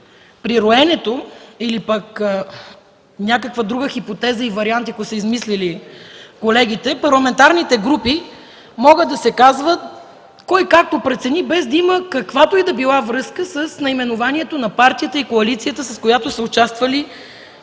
при роенето или при някаква друга хипотеза и вариант, ако са измислили колегите, парламентарните групи могат да се казват кой както прецени, без да има каквато и да било връзка с наименованието на партията и коалицията, с която са участвали в изборите